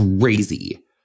crazy